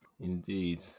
Indeed